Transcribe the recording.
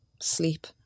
sleep